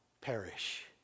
perish